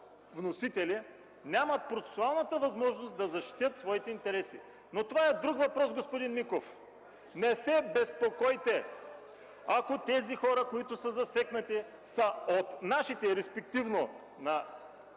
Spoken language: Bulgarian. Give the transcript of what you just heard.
вносителя, нямат процесуалната възможност да защитят своите интереси. Но това е друг въпрос, господин Миков. не се безпокойте. Ако тези хора, които са засегнати, са от нашите, респективно на